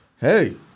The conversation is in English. Hey